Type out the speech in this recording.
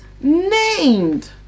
named